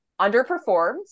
underperformed